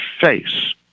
face